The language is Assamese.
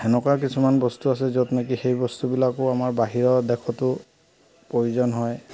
সেনেকুৱা কিছুমান বস্তু আছে য'ত নেকি সেই বস্তুবিলাকো আমাৰ বাহিৰৰ দেশতো প্ৰয়োজন হয়